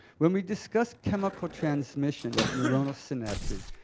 when we discuss chemical transmission at neuronal synapses,